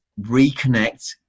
reconnect